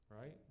right